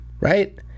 Right